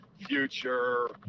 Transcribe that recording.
future